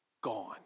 gone